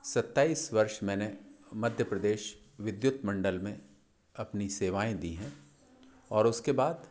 सत्ताईस वर्ष मैंने मध्य प्रदेश विद्युत मंडल में अपनी सेवाएं दी हैं और उसके बाद